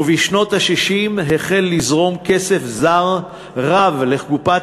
ובשנות ה-60 החל לזרום כסף זר רב לקופת